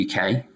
UK